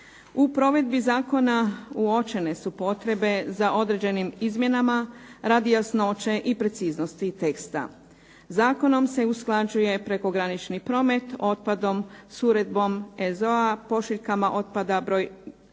U provedbi zakona uočene su potrebe za određenim izmjenama radi jasnoće i preciznosti teksta. Zakonom se usklađuje prekogranični promet otpadom s uredbom … /Govornica se